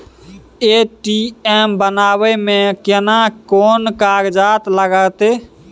ATM बनाबै मे केना कोन कागजात लागतै?